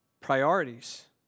Priorities